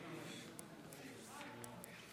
35, עשרה נמנעים.